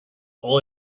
all